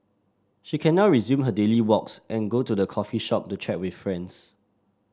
she can now resume her daily walks and go to the coffee shop to chat with friends